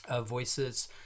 voices